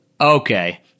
okay—